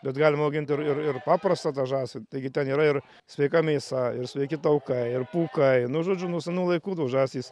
bet galima augint ir ir ir paprastą tą žąsį taigi ten yra ir sveika mėsa ir sveiki taukai ir pūkai nu žodžiu nuo senų laikų tos žąsys